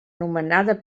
nomenada